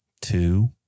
two